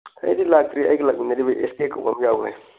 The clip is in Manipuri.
ꯑꯩꯗꯤ ꯂꯥꯛꯇ꯭ꯔꯤ ꯑꯩꯒ ꯂꯥꯛꯃꯤꯟꯅꯔꯤꯕ ꯑꯦꯁꯇ꯭ꯔꯦꯛ ꯀꯧꯕ ꯑꯃ ꯌꯥꯎꯕꯅꯦ